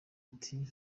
ati